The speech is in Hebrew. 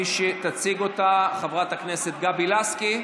מי שתציג אותה, חברת הכנסת גבי לסקי.